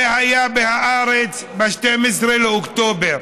זה היה בהארץ ב-12 באוקטובר.